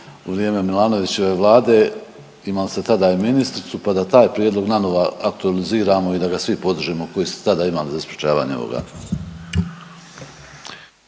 u vrijeme Milanovićeve vlade, imali ste tada i ministricu pa da taj prijedlog nanova aktualiziramo i da ga svi podržimo koji ste tada imali za sprječavanje ovoga.